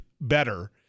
better